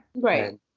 Right